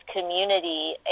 community